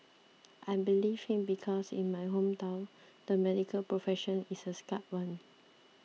I believed him because in my hometown the medical profession is a sacred one